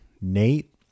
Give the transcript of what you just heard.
Nate